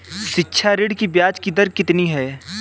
शिक्षा ऋण की ब्याज दर कितनी होती है?